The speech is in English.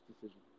decision